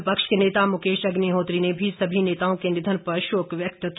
विपक्ष के नेता मुकेश अग्रिहोत्री ने भी सभी नेताओं के निधन पर शोक व्यक्त किया